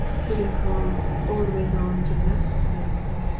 killing corals all the way down to gladstone basically.